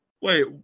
Wait